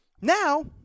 Now